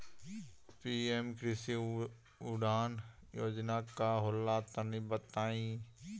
PM Krishi Udan Yojana का होला तनि बताई?